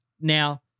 now